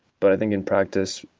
but i think in practice,